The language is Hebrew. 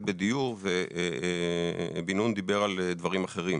בדיור ובן נון דיבר על דברים אחרים.